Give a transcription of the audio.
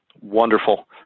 Wonderful